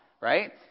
Right